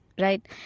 right